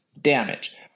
damage